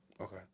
Okay